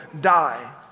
die